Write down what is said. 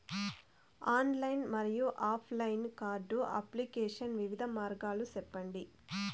Online మరియు offline card application వివిధ మార్గాలు సెప్పండి?